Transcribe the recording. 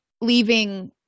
leaving